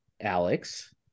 Alex